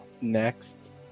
next